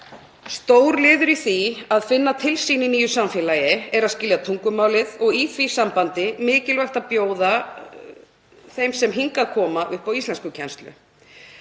Stór liður í því að finna sig í nýju samfélagi er að skilja tungumálið og í því sambandi er mikilvægt að bjóða þeim sem hingað koma upp á íslenskukennslu.